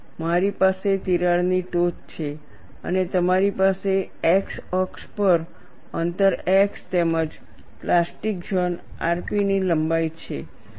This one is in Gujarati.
મારી પાસે તિરાડની ટોચ છે અને તમારી પાસે x અક્ષ પર અંતર x તેમજ પ્લાસ્ટિક ઝોન rp ની લંબાઈ છે